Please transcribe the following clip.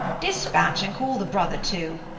dispatch, and call the brother too.